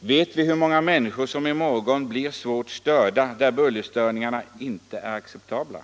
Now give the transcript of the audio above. Vet vi hur många människor som i morgon blir svårt störda, där bullerstörningarna inte är acceptabla?